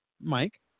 Mike